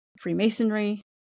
Freemasonry